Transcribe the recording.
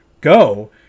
Go